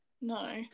No